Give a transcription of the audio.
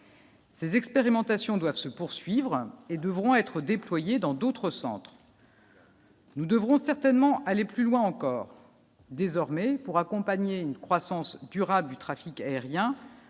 Ces expérimentations doivent se poursuivre et devront être dans d'autres centres. Nous devrons certainement aller plus loin encore, désormais, pour accompagner une croissance durable du trafic aérien,